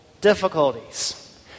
difficulties